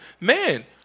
man